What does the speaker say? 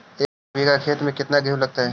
एक बिघा खेत में केतना गेहूं लगतै?